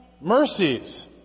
mercies